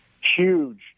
huge